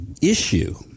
issue